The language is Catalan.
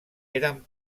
eren